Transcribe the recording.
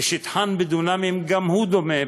ושטחן בדונם גם הוא דומה,